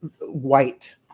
white